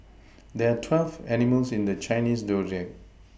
there are twelve animals in the Chinese zodiac